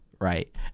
right